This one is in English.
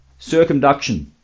circumduction